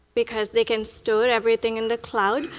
because they can store everything in the cloud,